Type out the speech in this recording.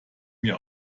mir